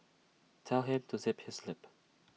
tell him to zip his lip